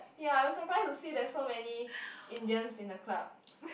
ya I'm surprised to see there's so many Indians in the club